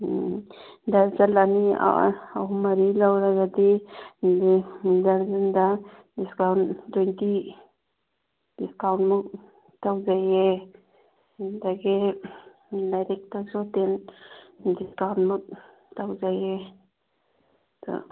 ꯎꯝ dozen ꯑꯅꯤ ꯑꯥ ꯑꯍꯨꯝ ꯃꯔꯤ ꯂꯧꯔꯒꯗꯤ ꯑꯗꯨ ꯗꯔꯖꯟꯗ ꯗꯤꯁꯀꯥꯎꯟ ꯇ꯭ꯋꯦꯟꯇꯤ ꯗꯤꯁꯀꯥꯎꯟ ꯃꯨꯛ ꯇꯧꯖꯩꯌꯦ ꯑꯗꯨꯗꯒꯤ ꯂꯥꯏꯔꯤꯛꯇꯁꯨ ꯇꯦꯟ ꯗꯤꯁꯀꯥꯎꯟ ꯃꯨꯛ ꯇꯧꯖꯩꯌꯦ